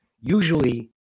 Usually